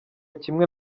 kimwe